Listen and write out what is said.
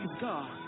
God